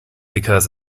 because